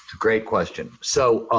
great question. so ah